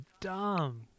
dumb